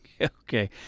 Okay